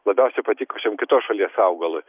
labiausiai patikusiam kitos šalies augalui